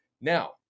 now